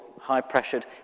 high-pressured